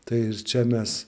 tai ir čia mes